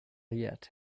yet